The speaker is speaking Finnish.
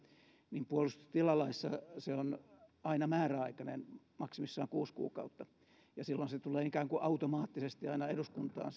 niin puolustustilalaissa se on aina määräaikainen maksimissaan kuusi kuukautta ja silloin se jatkokin tulee ikään kuin automaattisesti aina eduskuntaan